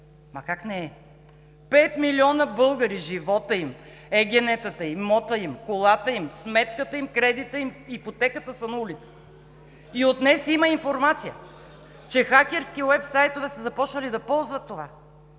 Ма, как не е?! Пет милиона българи – животът им, ЕГН-тата, имотите им, колата им, сметката им, кредитът им, ипотеката, са на улицата. И от днес има информация, че хакерски уебсайтове са започнали да ползват това.